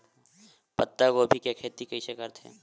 पत्तागोभी के खेती कइसे करथे?